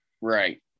Right